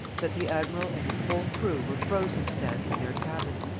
that the admiral and his whole crew were frozen to death in their cabin.